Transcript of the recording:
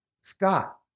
Scott